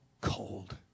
cold